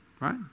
Right